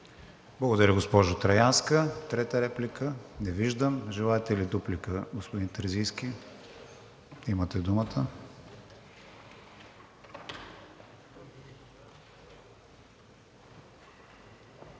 Благодаря, госпожо Траянска. Трета реплика? Не виждам. Желаете ли дуплика, господин Терзийски? Имате думата.